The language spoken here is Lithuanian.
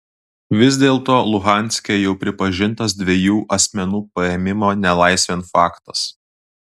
vis dėlto luhanske jau pripažintas dviejų asmenų paėmimo nelaisvėn faktas